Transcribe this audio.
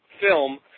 film